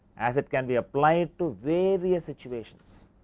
as it can be applied to various situations.